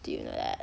do you know that